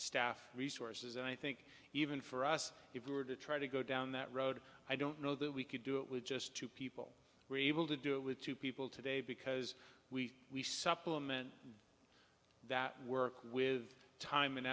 staff resources and i think even for us if we were to try to go down that road i don't know that we could do it with just two people were able to do it with two people today because we we supplement that work with time and